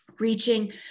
reaching